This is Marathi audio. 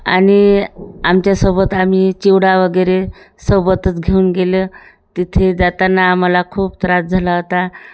आणि आमच्यासोबत आम्ही चिवडा वगैरे सोबतच घेऊन गेलो तिथे जाताना आम्हाला खूप त्रास झाला होता